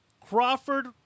Crawford